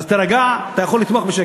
אז תירגע, אתה יכול לתמוך בשקט.